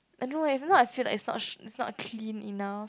I don't know leh sometimes I feel like it's not sh~ it's not clean enough